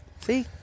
See